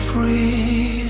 Free